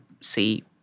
see